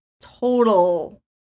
total